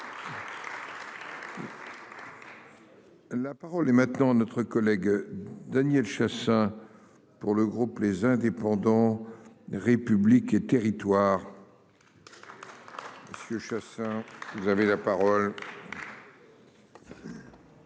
La parole est maintenant notre collègue Daniel Chassain. Pour le groupe les indépendants. République et Territoires. Monsieur Chassaing vous avez.